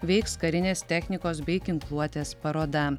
veiks karinės technikos bei ginkluotės paroda